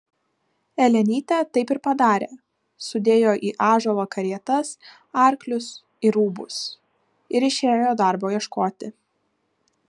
elenytė taip ir padarė sudėjo į ąžuolą karietas arklius ir rūbus ir išėjo darbo ieškoti